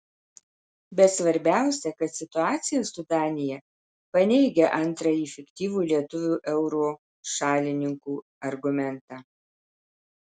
bet svarbiausia kad situacija su danija paneigia antrąjį fiktyvų lietuvių euro šalininkų argumentą